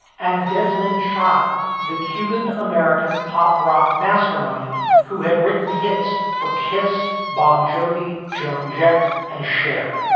and desmond child, the cuban american pop rock mastermind who had written hits for kiss, bon jovi. joan jett and cher,